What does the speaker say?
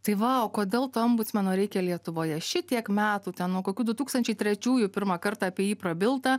tai va kodėl to ombudsmeno reikia lietuvoje šitiek metų ten nuo kokių du tūkstančiai trečiųjų pirmą kartą apie jį prabilta